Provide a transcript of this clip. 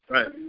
Right